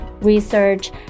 research